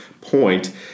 point